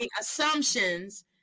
assumptions